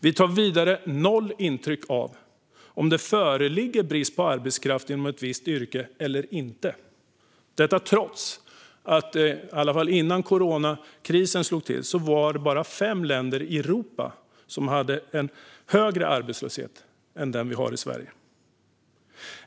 Vi tar vidare noll intryck av om det föreligger brist på arbetskraft inom ett visst yrke eller inte, detta trots att det, i alla fall innan coronakrisen slog till, endast var fem länder i Europa som hade högre arbetslöshet än Sverige.